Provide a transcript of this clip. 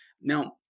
Now